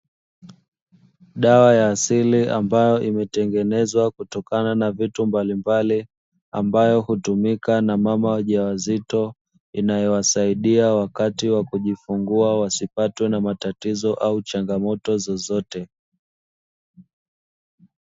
Dawa ya asili ambayo imetengenezwa kutoka kwenye vitu mbalimbali, ambayo hutumika na mama wajawazito, inayowasaidia wakati wa kujifungua wasipatwe na matatizo au changamoto zozote.